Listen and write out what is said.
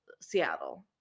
Seattle